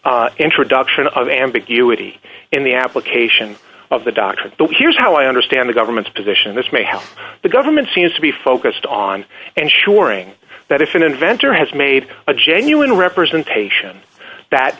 as introduction of ambiguity in the application of the doctrine here's how i understand the government's position this may help the government seems to be focused on ensuring that if an inventor has made a genuine representation that